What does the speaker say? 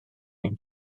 ein